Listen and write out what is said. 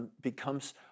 becomes